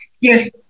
Yes